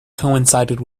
coincided